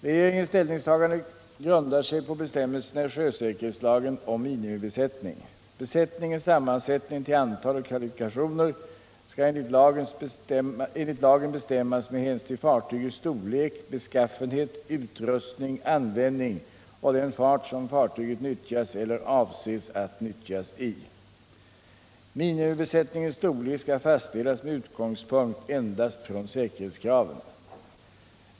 Regeringens ställningstagande grundar sig på bestämmelserna i sjösäkerhetslagen om minimibesättning. Besättningens sammansättning till antal och kvalifikationer skall enligt lagen bestämmas med hänsyn till fartygets storlek, beskaffenhet, utrustning, användning och den fart, som fartyget nyttjas eller avses att nyttjas i. Minimibesättningens storlek skall fastställas med utgångspunkt endast i säkerhetskraven.